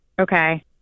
Okay